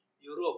Europe